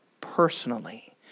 personally